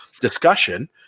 discussion